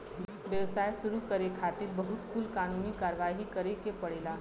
व्यवसाय शुरू करे खातिर बहुत कुल कानूनी कारवाही करे के पड़ेला